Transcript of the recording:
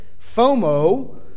FOMO